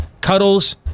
cuddles